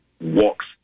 walks